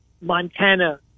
Montana